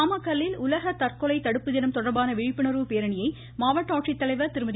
நாமக்கல்லில் உலக தற்கொலை தடுப்பு தினம் தொடர்பான விழிப்புணர்வு பேரணியை மாவட்ட ஆட்சித்தலைவர் திருமதி